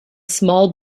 small